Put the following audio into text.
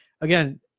again